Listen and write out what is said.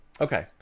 Okay